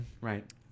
Right